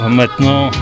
maintenant